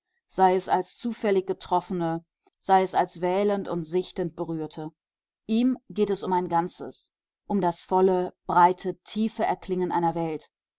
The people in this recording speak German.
sei es als zufällig getroffene sei es als wählend und sichtend berührte ihm geht es um ein ganzes um das volle breite tiefe erklingen einer welt